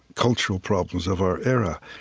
cultural problems of our era.